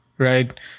right